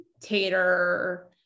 tater